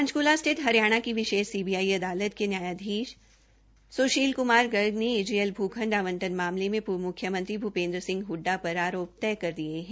पंचकूला स्थित हरियाणा की विशेष सीबीआई अदालत के न्यायधीश स्नील क्मार गर्ग ने एजेएल भूखंड आवंटन मामले मे पूर्व मुख्यमंत्री भूपेन्द्र सिंह हड्डा पर आरोप तय कर दिये है